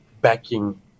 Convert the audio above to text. backing